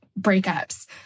breakups